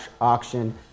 auction